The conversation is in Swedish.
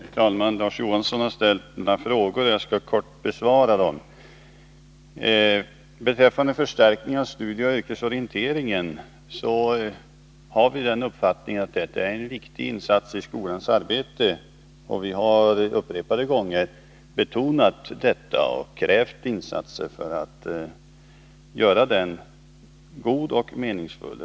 Herr talman! Larz Johansson har ställt några frågor; jag skall kort besvara dem. Beträffande förstärkningen av studieoch yrkesorienteringen har vi uppfattningen att det är en viktig insats i skolans arbete. Vi har upprepade gånger betonat detta och krävt insatser för att göra den god och meningsfull.